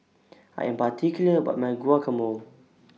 I Am particular about My Guacamole